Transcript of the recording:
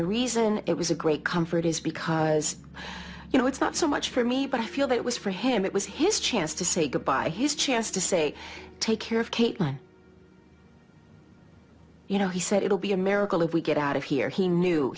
the reason it was a great comfort is because you know it's not so much for me but i feel that it was for him it was his chance to say goodbye his chance to say take care of caitlin you know he said it will be a miracle if we get out of here he knew